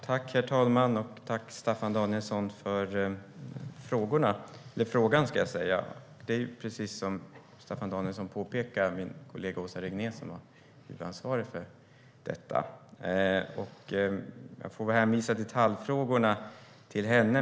Herr talman! Tack, Staffan Danielsson, för frågan! Precis som Staffan Danielsson påpekar är det min kollega Åsa Regnér som har ansvar för detta, och jag får väl hänvisa detaljfrågorna till henne.